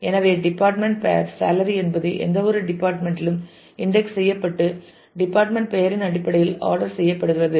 எனவே டிபார்ட்மெண்ட் பெயர் சேலரி என்பது எந்தவொரு டிபார்ட்மெண்ட் லும் இன்டெக்ஸ் செய்யப்பட்டு டிபார்ட்மெண்ட் பெயரின் அடிப்படையில் ஆடர் செய்யப்படுகிறது